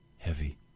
heavy